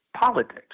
politics